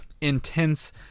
intense